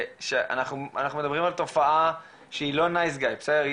שאנחנו מדברים על תופעה שהיא לא "נייס גאי", בסדר?